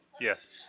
Yes